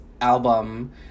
album